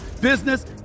business